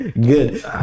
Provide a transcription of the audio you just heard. Good